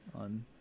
on